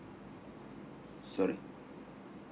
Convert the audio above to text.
sorry